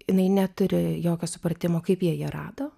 jinai neturi jokio supratimo kaip jie ją rado